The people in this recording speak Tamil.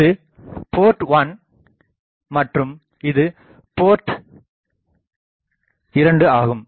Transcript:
இது போர்ட் 1 மற்றும் இது போர்ட் 2 ஆகும்